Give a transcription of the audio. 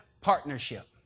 partnership